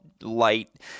light